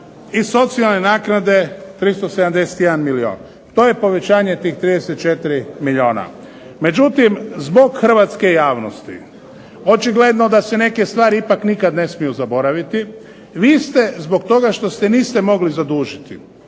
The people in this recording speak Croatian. i socijalne naknade 371 milijun. To je povećanje tih 34 milijuna. Međutim, zbog hrvatske javnosti očigledno da se neke stvari ipak nikad ne smiju zaboraviti vi ste zbog toga što se niste mogli zadužiti